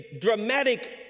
dramatic